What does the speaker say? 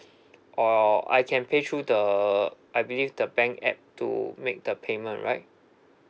or I can pay through the I believe the bank app to make the payment right